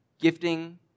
gifting